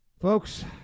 Folks